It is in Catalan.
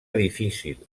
difícil